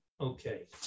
okay